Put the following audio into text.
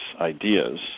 ideas